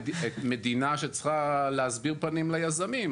מדינה שצריכה להסביר פנים ליזמים,